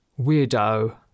Weirdo